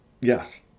Yes